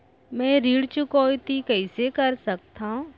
मैं ऋण चुकौती कइसे कर सकथव?